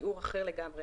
שיעור אחר לגמרי.